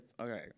Okay